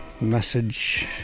message